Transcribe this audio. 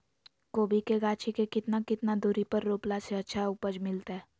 कोबी के गाछी के कितना कितना दूरी पर रोपला से अच्छा उपज मिलतैय?